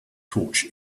torch